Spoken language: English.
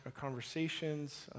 conversations